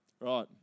right